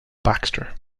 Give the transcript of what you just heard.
baxter